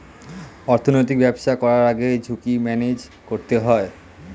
অর্থনৈতিক ব্যবসা করার আগে ঝুঁকি ম্যানেজ করতে হয়